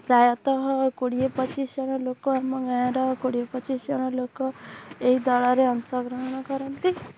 ପ୍ରାୟତଃ କୋଡ଼ିଏ ପଚିଶି ଜଣ ଲୋକ ଆମ ଗାଁର କୋଡ଼ିଏ ପଚିଶି ଜଣ ଲୋକ ଏହି ଦଳରେ ଅଂଶଗ୍ରହଣ କରନ୍ତି